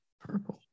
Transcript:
Purple